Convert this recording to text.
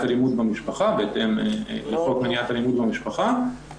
אלימות במשפחה בהתאם לחוק מניעת אלימות במשפחה.